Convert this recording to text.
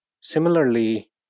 Similarly